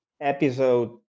episode